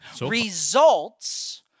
results